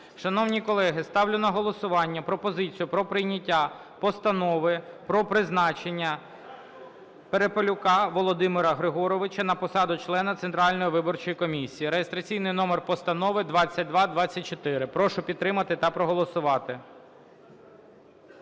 Шановні колеги, ставлю на голосування пропозицію про прийняття Постанови про призначення Перепелюка Володимира Григоровича на посаду члена Центральної виборчої комісії (реєстраційний номер Постанови 2224). Прошу підтримати та проголосувати.